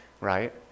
right